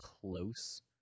close